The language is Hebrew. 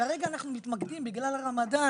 כרגע אנחנו מתמקדים בגלל הרמדאן,